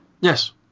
Yes